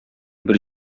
бер